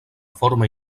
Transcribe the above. forma